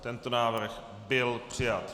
Tento návrh byl přijat.